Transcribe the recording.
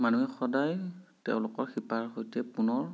মানুহে সদায় তেওঁলোকৰ শিপাৰ সৈতে পুনৰ